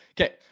Okay